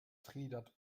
trinidad